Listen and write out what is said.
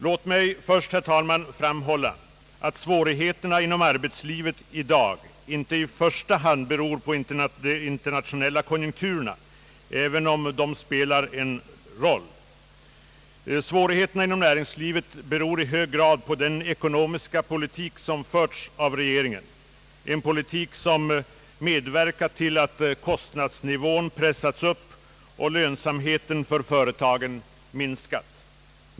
Låt mig först, herr talman, framhålla att svårigheterna inom arbetslivet i dag inte i första hand beror på de internationella konjunkturerna, även om de spelar en roll. Svårigheterna inom näringslivet beror i hög grad på den ekonomiska politik som förts av regeringen — en politik som medverkat till att kostnadsnivån pressats upp och lönsamheten för företagen minskat.